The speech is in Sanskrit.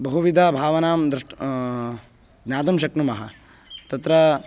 बहुविधभावनां दृष्ट् ज्ञातुं शक्नुमः तत्र